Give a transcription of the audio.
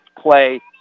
play